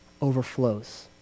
overflows